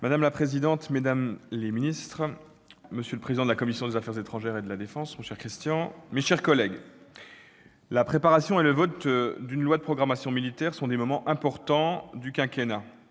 madame la ministre, madame la secrétaire d'État, monsieur le président de la commission des affaires étrangères et de la défense, cher Christian, mes chers collègues, la préparation et le vote d'une loi de programmation militaire sont des moments importants du quinquennat.